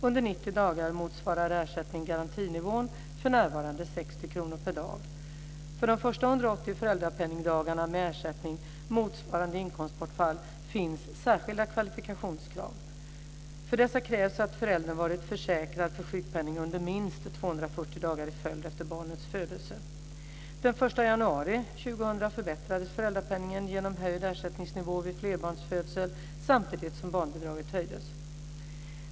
Under 90 dagar motsvarar ersättningen garantinivån, för närvarande 60 kr per dag. För de första 180 föräldrapenningdagarna med ersättning motsvarande inkomstbortfall finns särskilda kvalifikationskrav. För dessa krävs att föräldern varit försäkrad för sjukpenning under minst 240 dagar i följd efter barnets födelse.